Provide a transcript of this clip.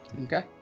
Okay